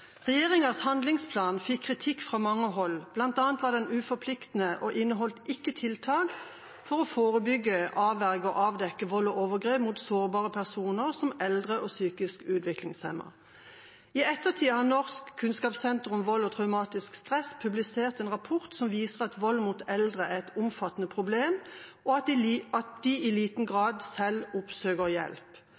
var den uforpliktende og inneholdt ikke tiltak for å forebygge, avverge og avdekke vold og overgrep mot sårbare personer som eldre og psykisk utviklingshemmede. I ettertid har Norsk kunnskapssenter om vold og traumatisk stress publisert en rapport som viser at vold mot eldre er et omfattende problem, og at de i liten grad selv oppsøker hjelp.